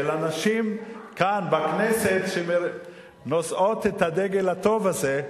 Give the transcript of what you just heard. לנשים כאן בכנסת, שנושאות את הדגל הטוב הזה.